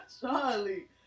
charlie